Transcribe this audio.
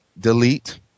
delete